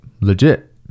legit